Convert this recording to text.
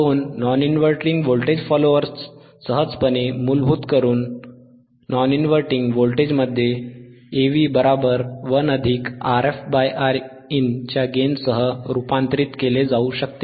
दोन non inverting voltage followers सहजपणे मूलभूत करून नॉन इनव्हर्टिंग व्होल्टेजमध्ये Av 1RfRin च्या गेनसह रूपांतरित केले जाऊ शकते